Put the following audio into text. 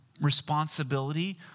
responsibility